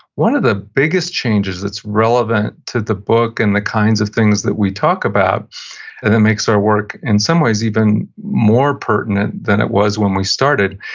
one of the biggest changes that's relevant to the book, and the kinds of things that we talk about and that makes our work, in some ways, even more pertinent than it was when we started,